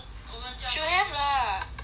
should have lah now